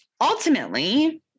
ultimately